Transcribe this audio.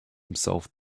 himself